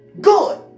Good